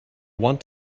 want